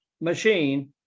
machine